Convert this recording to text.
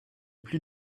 plus